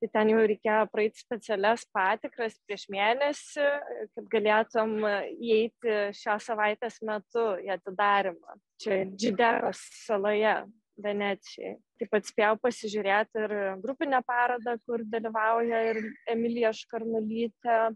tai ten jau reikėjo praeit specialias patikras prieš mėnesį kad galėtum įeiti šios savaitės metu į atidarymą čia džideras saloje venecijoj taip pat spėjau pasižiūrėt ir grupinę parodą kur dalyvauja ir emilija škarnulytė